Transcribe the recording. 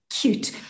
cute